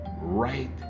right